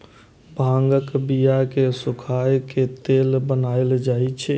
भांगक बिया कें सुखाए के तेल बनाएल जाइ छै